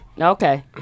Okay